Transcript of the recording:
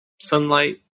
sunlight